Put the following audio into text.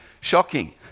shocking